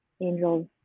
angels